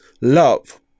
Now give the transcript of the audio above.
love